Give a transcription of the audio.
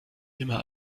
immer